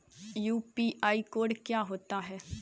UPI code क्या होता है?